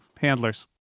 handlers